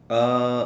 uh